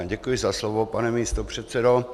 Děkuji za slovo, pane místopředsedo.